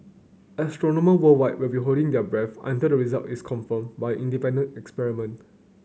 Astronomer worldwide will be holding their breath until the result is confirmed by an independent experiment